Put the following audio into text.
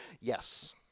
Yes